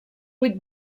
vuit